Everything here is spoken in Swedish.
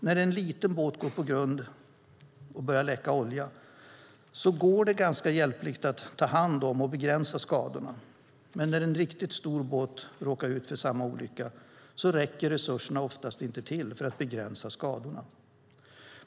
När en liten båt går på grund och börjar läcka olja går det ganska hjälpligt att ta hand om och begränsa skadorna, men när en riktigt stor båt råkar ut för samma olycka räcker resurserna oftast inte till för att begränsa skadorna.